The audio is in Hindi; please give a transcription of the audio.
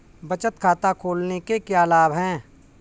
बचत खाता खोलने के क्या लाभ हैं?